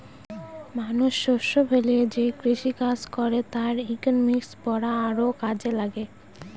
মানুষ শস্য ফলিয়ে যে কৃষিকাজ করে তার ইকনমিক্স পড়া আরও কাজে লাগে